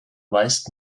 weist